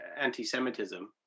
anti-Semitism